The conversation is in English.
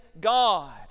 God